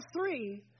three